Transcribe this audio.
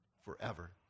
forever